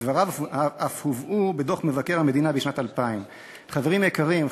דבריו אף הובאו בדוח מבקר המדינה בשנת 2000. חברים יקרים,